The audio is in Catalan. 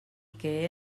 que